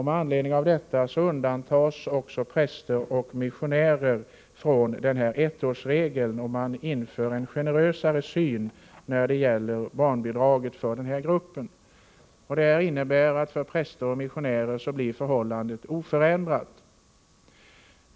Med anledning av detta undantas också präster och missionärer från ettårsregeln. Man tillämpar en generösare syn när det gäller barnbidraget för de här grupperna. Detta innebär att för präster och missionärer förblir förhållandena oförändrade.